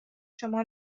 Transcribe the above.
شما